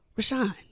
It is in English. Rashawn